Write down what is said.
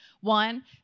One